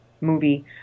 movie